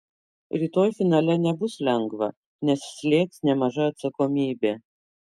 rytoj finale nebus lengva nes slėgs nemaža atsakomybė